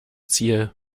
ziel